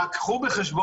רק צריך לדעת